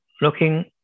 looking